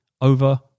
over